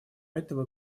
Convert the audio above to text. этого